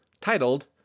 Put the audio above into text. titled